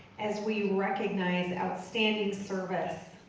as we recognize outstanding service.